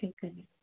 ਠੀਕ ਹੈ ਜੀ